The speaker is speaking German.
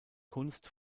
kunst